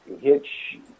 hitch